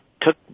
took